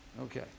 Okay